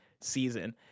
season